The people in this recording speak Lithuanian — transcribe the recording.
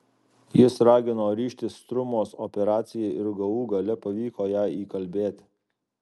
jis ragino ryžtis strumos operacijai ir galų gale pavyko ją įkalbėti